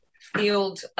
field